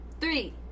Three